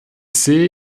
sehe